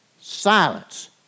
Silence